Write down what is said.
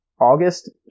August